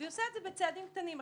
והיא עושה את זה בצעדים קטנים.